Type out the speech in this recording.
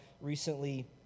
recently